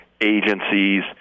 agencies